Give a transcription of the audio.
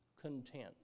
content